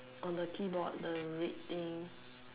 on the keyboard the red thing